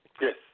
Yes